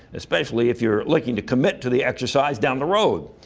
especially if you're looking to commit to the exercise down the road.